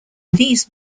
these